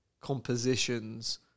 compositions